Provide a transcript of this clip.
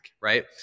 right